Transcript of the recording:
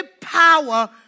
power